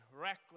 reckless